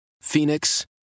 Phoenix